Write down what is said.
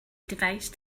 device